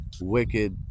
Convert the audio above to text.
wicked